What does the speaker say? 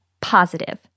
Positive